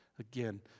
Again